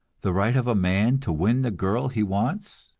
the right of a man to win the girl he wants?